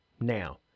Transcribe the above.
now